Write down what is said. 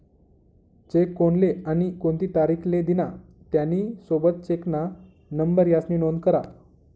check कोनले आणि कोणती तारीख ले दिना, त्यानी सोबत चेकना नंबर यास्नी नोंद करा